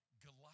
Goliath